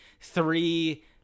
three